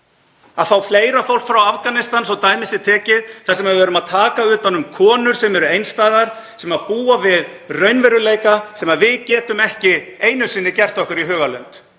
að fá fleira fólk frá Afganistan, svo dæmi sé tekið, þar sem við erum að taka utan um konur sem eru einstæðar, sem búa við raunveruleika sem við getum ekki einu sinni gert okkur í hugarlund.